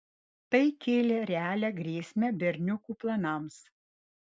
tai kėlė realią grėsmę berniukų planams